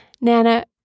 Nana